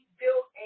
built